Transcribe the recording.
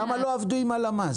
למה לא עבדו עם הלמ"ס?